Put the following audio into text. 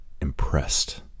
impressed